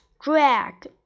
drag